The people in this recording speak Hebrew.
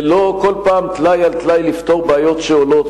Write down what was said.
ולא בכל פעם טלאי על טלאי לפתור בעיות שעולות.